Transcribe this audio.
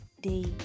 day